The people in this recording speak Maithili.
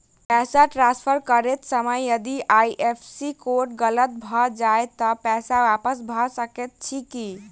पैसा ट्रान्सफर करैत समय यदि आई.एफ.एस.सी कोड गलत भऽ जाय तऽ पैसा वापस भऽ सकैत अछि की?